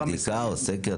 עשיתם בדיקה או סקר?